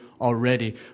already